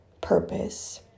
purpose